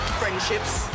friendships